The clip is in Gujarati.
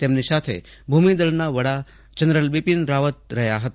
તેમની સાથે ભૂમિદળના વડા જનરલ બિપીન રાવત રહ્યા હતા